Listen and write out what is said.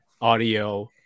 audio